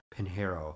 pinheiro